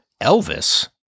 Elvis